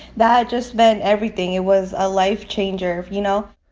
that just meant everything. it was a life changer, you know.